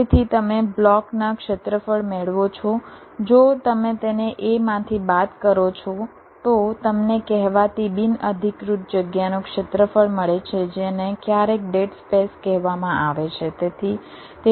તેથી તમે બ્લોકના ક્ષેત્રફળ મેળવો છો જો તમે તેને A માંથી બાદ કરો છો તો તમને કહેવાતી બિનઅધિકૃત જગ્યાનું ક્ષેત્રફળ મળશે જેને ક્યારેક ડેડ સ્પેસ કહેવામાં આવે છે